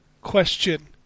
question